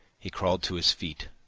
he crawled to his feet,